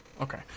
Okay